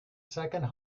second